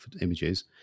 images